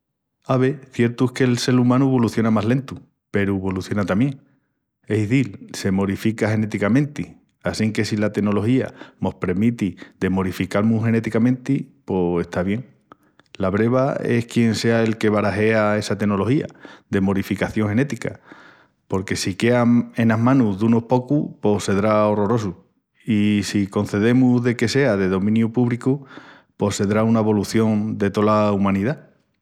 Ave, ciertu es que'l sel umanu voluciona más lentu peru voluciona tamién. Es izil, se morifica genéticamente assinque si la tenología mos premiti de morifical-mus genéticamenti pos está bien. La breva es quién sea el que barajea essa tenología de morificación genética, porque si quea enas manus dunus pocus pos sedrá orrorosu i si concedemus de que sea de dominiu púbricu pos sedrá una volución de tola umanidá.